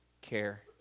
care